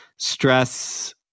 stress